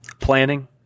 planning